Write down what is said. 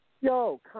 yo